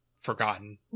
forgotten